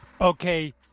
Okay